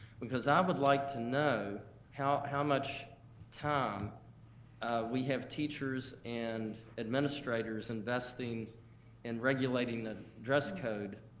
because i would like to know how how much time we have teachers and administrators investing in regulating the dress code,